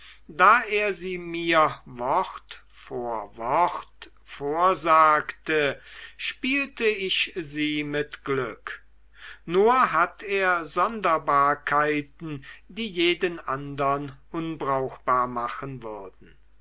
da er sie mir wort vor wort vorsagte spielte ich sie mit glück nur hat er sonderbarkeiten die jeden andern unbrauchbar machen würden